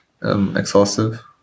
Exhaustive